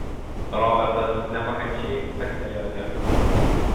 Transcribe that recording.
robertas nepakančiai caktelėjo liežuviu